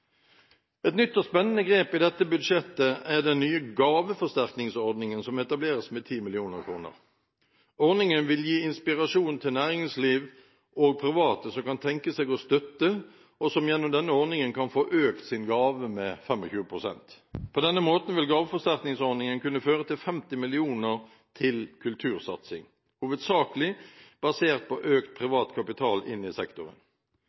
Et nytt og spennende grep i dette budsjettet er den nye gaveforsterkningsordningen som etableres med 10 mill. kr. Ordningen vil gi inspirasjon til næringsliv og private som kan tenke seg å støtte, og som gjennom denne ordningen kan få økt sin gave med 25 pst. På denne måten vil gaveforsterkningsordningen kunne føre til 50 mill. kr til kultursatsing, hovedsakelig basert på økt privat kapital inn i sektoren.